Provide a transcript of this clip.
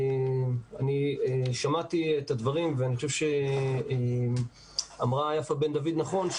אני שמעתי את הדברים ואני חושב שאמרה יפה בן דוד נכון,